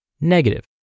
negative